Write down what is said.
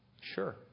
sure